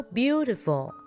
beautiful